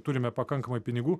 turime pakankamai pinigų